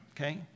okay